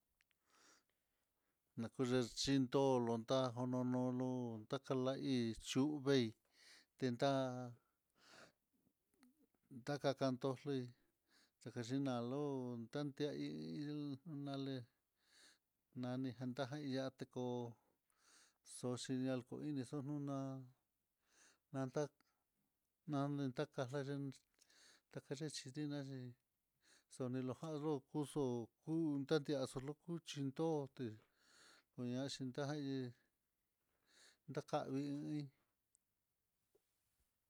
Nakuye chindolo ta'á jono noló utakalanhí chú, tuveei venta ndakakando nre chakandina lo'o ndutia hí nalé nani janta hí yaté ko'o xoxhil na koini xonuná, nanta nanintakaxia iin nakaxhi itiina xhi, xoni lojalyo okuxo okú ndandiaxo, lokuxhin ndoté ñaxhin tayé ndakavii hí.